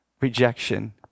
rejection